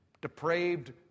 depraved